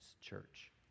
church